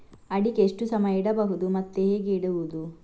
ಅಡಿಕೆ ಎಷ್ಟು ಸಮಯ ಇಡಬಹುದು ಮತ್ತೆ ಹೇಗೆ ಇಡುವುದು?